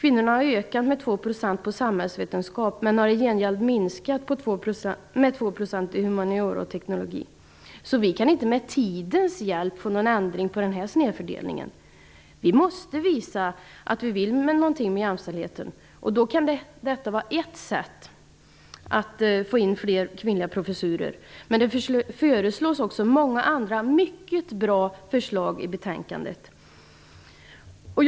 Kvinnorna har ökat med 2 % inom samhällsvetenskap men har i gengäld minskat med 2 % i humaniora och teknologi. Men det finns också många andra mycket bra förslag i betänkandet.